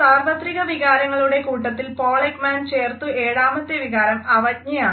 സാർവത്രിക വികാരങ്ങളുടെ കൂട്ടത്തിൽ പോൾ എക്മാൻ ചേർത്ത ഏഴാമത്തെ വികാരം അവജ്ഞ ആണ്